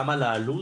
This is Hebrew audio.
גם על העלות